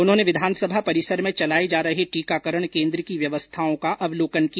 उन्होंने विधानसभा परिसर में चलाए जा रहे टीकाकरण केन्द्र की व्यवस्थाओं का अवलोकन किया